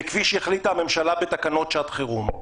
וכפי שהחליטה הממשלה בתקנות שעת חירום.